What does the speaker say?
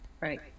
Right